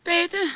Peter